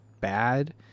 bad